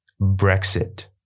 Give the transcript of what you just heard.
Brexit